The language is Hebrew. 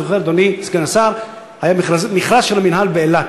אני זוכר, אדוני סגן השר, מכרז של המינהל באילת,